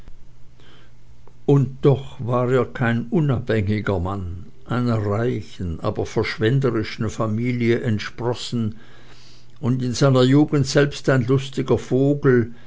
und doch war er kein unabhängiger mann einer reichen aber verschwenderischen familie entsprossen und in seiner jugend selbst ein lustiger vogel